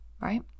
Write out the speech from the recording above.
Right